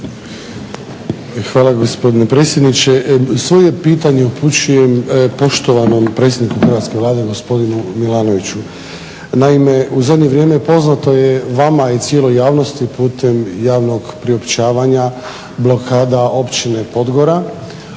Hvala gospodine predsjedniče. Svoje pitanje upućujem poštovanom predsjedniku hrvatske Vlade gospodinu Milanoviću. Naime, u zadnje vrijeme poznato je vama i cijeloj javnosti putem javnog priopćavanja blokada općine Podgora,